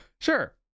Sure